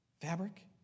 fabric